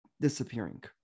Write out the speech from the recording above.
disappearing